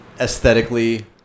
aesthetically